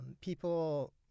people